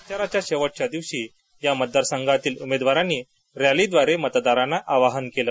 प्रचाराच्या शेवटच्या दिवशी मतदार संघातील उमेदवारांनी रॅलीद्वारे मतदारांना आवाहन केलं